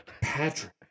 patrick